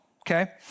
okay